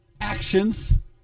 actions